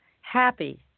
happy